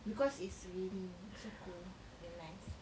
because it's raining so cold and nice